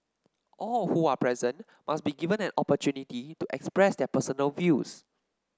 all who are present must be given an opportunity to express their personal views